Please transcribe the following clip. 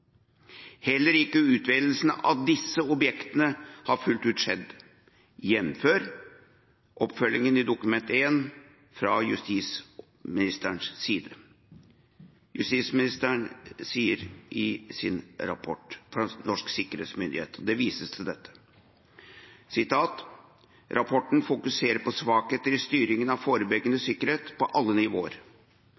Heller ikke utvelgelsen av disse objektene har fullt ut skjedd, jf. oppfølgingen av Dokument 1 fra justisministerens side. Justisministeren viser til Nasjonal sikkerhetsmyndighets rapport og skriver at rapporten fokuserer på svakheter i styring av forebyggende